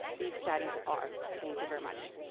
these studies are, thank you very much.